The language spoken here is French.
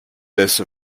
laisse